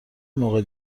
موقع